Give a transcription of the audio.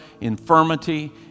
infirmity